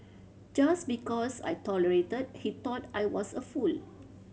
just because I tolerated he thought I was a fool